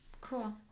Cool